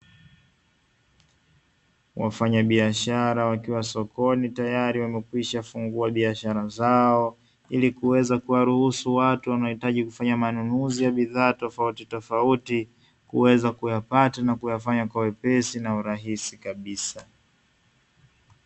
Wafanyabiashara wakiwa sokoni tayari wameshafungua biashara zao, tayari kwa kufanya biashara zinazohusika maeneo yao kama vile manunuzi ya bidhaa.